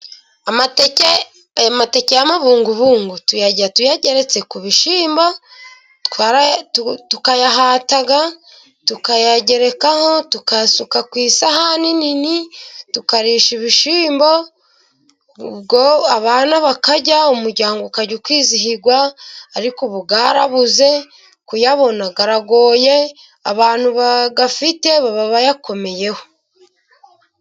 amateke, aya mateke y'amabungubungu tuyarya tuyageretse ku bishyimbo, tukayahata tukayagerekaho, tukayasuka ku isahani nini, tukarisha ibishyimbo. Ubwo abana bakarya, umuryango ukarya ukwizihirwa. Ariko ubu yarabuze kuyabona biragoye. Abantu bayafite baba bayakomeyeho.